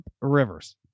Rivers